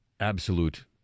absolute